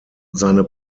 seine